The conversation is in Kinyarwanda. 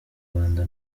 rwanda